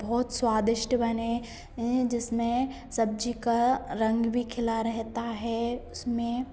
बहुत स्वादिष्ट बने जिसमें सब्ज़ी का रंग भी खिला रहता है उसमें